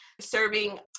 serving